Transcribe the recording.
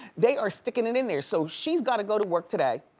they are sticking it in there. so she's gotta go to work today,